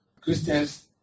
Christians